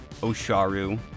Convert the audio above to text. osharu